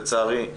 לצערי,